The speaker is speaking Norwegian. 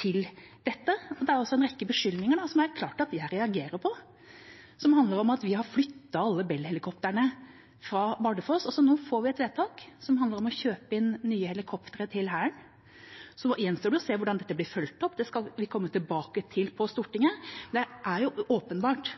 til dette. Det er også en rekke beskyldninger, som det er klart at jeg reagerer på, som handler om at vi har flyttet alle Bell-helikoptrene fra Bardufoss. Nå får vi et vedtak som handler om å kjøpe inn nye helikoptre til Hæren. Så gjenstår det å se hvordan dette blir fulgt opp. Det skal vi komme tilbake til på Stortinget. Men det er åpenbart